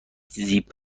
زیپ